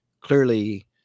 clearly